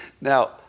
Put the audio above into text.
Now